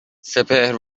سپهر